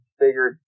bigger